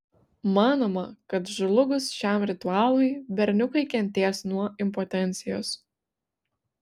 manoma kad žlugus šiam ritualui berniukai kentės nuo impotencijos